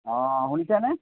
অঁ শুনিছেনে